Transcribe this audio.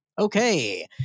Okay